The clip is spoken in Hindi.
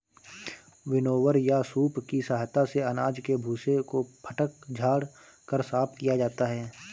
विनोवर या सूप की सहायता से अनाज के भूसे को फटक झाड़ कर साफ किया जाता है